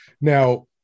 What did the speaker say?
now